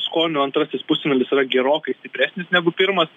skoniu antrasis pusfinalis yra gerokai stipresnis negu pirmas